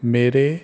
ਮੇਰੇ